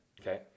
Okay